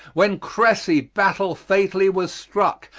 when cressy battell fatally was strucke,